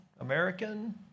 American